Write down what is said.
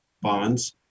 bonds